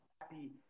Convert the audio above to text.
happy